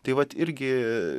tai vat irgi